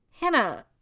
Hannah